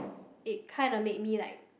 it kinda made me like